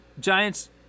Giants